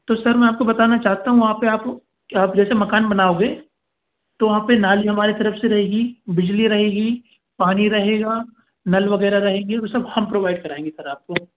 तो सर मैं आपको बताना चाहता हूँ वहाँ पे आप आप जैसे मकान बनाओगे तो वहाँ पे नाली हमारी तरफ से रहेगी बिजली रहेगी पानी रहेगा नल वगैरह रहेंगे वो सब हम प्रोवाइड कराएँगे सर आपको